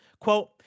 Quote